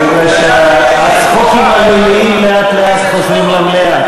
אני רואה שהצחוקים הליליים לאט-לאט חוזרים למליאה.